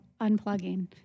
unplugging